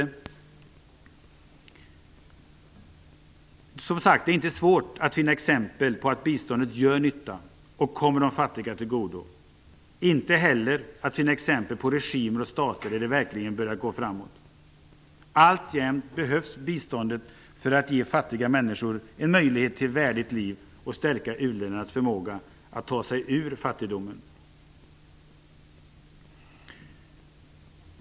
Det är som sagt inte svårt att finna exempel på att biståndet gör nytta och kommer de fattiga till godo. Inte heller är det svårt att finna exempel på regimer och stater där det verkligen börjar gå framåt. Biståndet behövs alltjämt för att ge fattiga människor en möjlighet till värdigt liv och för att stärka uländernas förmåga att ta sig ur fattigdomen.